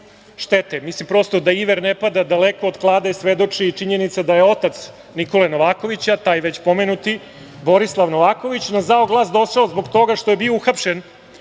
štete. Prosto, da iver ne pada daleko od klade svedoči i činjenica da je otac Nikole Novakovića, taj već pomenuti Borislav Novaković na zao glas došao zbog toga što je bio uhapšen